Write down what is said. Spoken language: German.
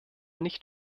nicht